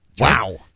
Wow